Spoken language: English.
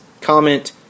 Comment